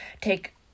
take